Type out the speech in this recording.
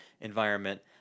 environment